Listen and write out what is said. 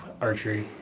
archery